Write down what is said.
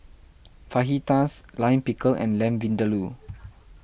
Fajitas Lime Pickle and Lamb Vindaloo